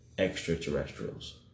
Extraterrestrials